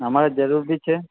અમારે જરૂર બી છે